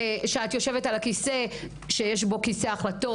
שאת יושבת על הכיסא שיש בו כיסא החלטות.